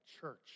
church